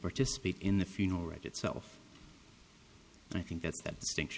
participate in the funeral right itself and i think that that stinks